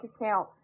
account